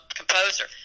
composer